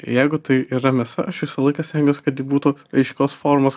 jeigu tai yra mėsa aš visą laiką stengiuos kad ji būtų aiškios formos